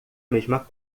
mesma